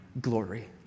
glory